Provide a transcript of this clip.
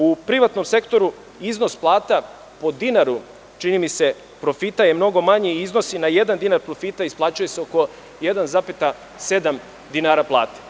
U privatnom sektoru iznos plata po dinaru profita je mnogo manji i iznosi na jedan dinar profita isplaćuje se oko 1,7 dinara plate.